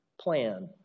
plan